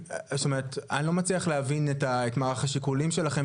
אני לא מצליח להבין את מערך השיקולים שלכם,